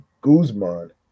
Guzman